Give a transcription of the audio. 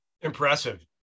Impressive